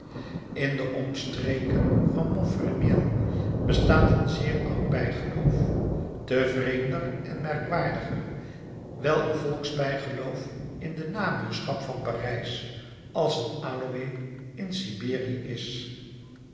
in de omstreken van montfermeil bestaat een zeer oud bijgeloof te vreemder en merkwaardiger wijl een volksbijgeloof in de nabuurschap van parijs als een aloë in siberië is